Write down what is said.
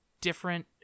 different